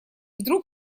вдруг